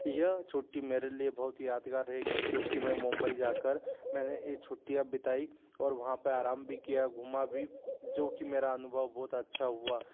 यह छुट्टी मेरे लिए बहुत ही यादगार रहेगी क्योंकि मैं मुंबई जा कर मैंने ये छुट्टियाँ बिताई और वहाँ पे आराम भी किया घूमा भी जो कि मेरा अनुभव बहुत अच्छा हुआ